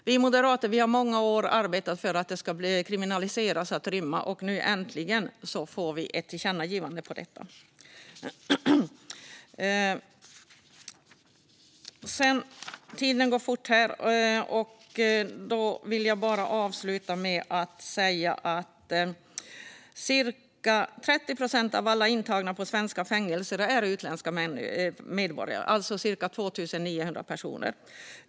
Vi moderater har i många år arbetat för att det ska bli kriminaliserat att rymma, och nu äntligen får vi ett tillkännagivande om detta. Jag vill avsluta med att säga att cirka 30 procent av alla intagna på svenska fängelser är utländska medborgare, alltså cirka 2 900 personer.